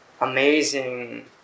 amazing